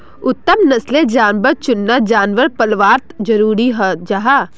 उत्तम नस्लेर जानवर चुनना जानवर पल्वात ज़रूरी हं जाहा